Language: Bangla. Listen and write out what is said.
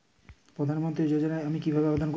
প্রধান মন্ত্রী যোজনাতে আমি কিভাবে আবেদন করবো?